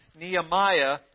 Nehemiah